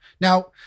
Now